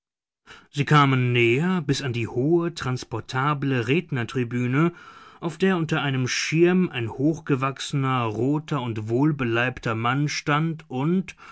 sie kamen näher bis an die hohe transportable rednertribüne auf der unter einem schirm ein hochgewachsener roter und wohlbeleibter mann stand und